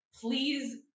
please